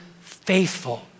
faithful